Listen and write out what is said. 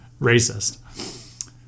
racist